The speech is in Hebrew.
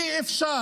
אי-אפשר